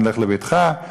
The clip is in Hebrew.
לך לביתך.